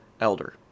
elder